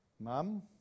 Mum